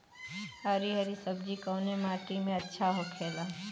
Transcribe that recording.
हरी हरी सब्जी कवने माटी में अच्छा होखेला?